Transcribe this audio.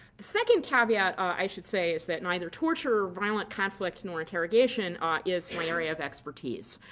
the second caveat i should say is that neither torture or violent conflict nor interrogation um is my area of expertise.